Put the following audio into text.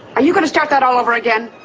are you going to start that all over again,